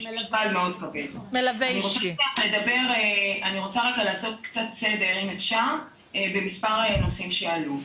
אני רוצה רגע לעשות קצת סדר אם אפשר במספר נושאים שעלו.